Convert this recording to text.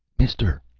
mister!